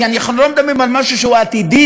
כי אנחנו לא מדברים על משהו שהוא עתידי,